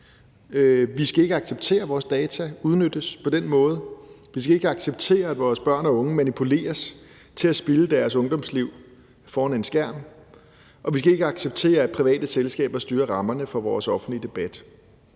Vi skal ikke acceptere, at vores data udnyttes på den måde. Vi skal ikke acceptere, at vores børn og unge manipuleres til at spilde deres ungdomsliv foran en skærm. Og vi skal ikke acceptere, at private selskaber styrer rammerne for vores offentlige debat.